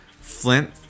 Flint